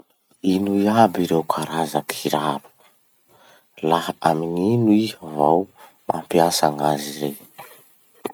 Iazy iaby ireo karaza kiraro? laha amy gn'ino iha vao mampiasa gn'azy rey?